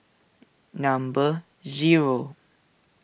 number zero